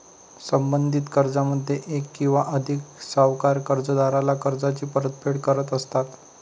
संबंधित कर्जामध्ये एक किंवा अधिक सावकार कर्जदाराला कर्जाची परतफेड करत असतात